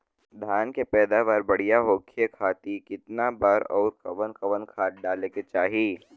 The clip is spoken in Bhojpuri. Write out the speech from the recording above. धान के पैदावार बढ़िया होखे खाती कितना बार अउर कवन कवन खाद डाले के चाही?